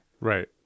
Right